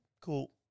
cool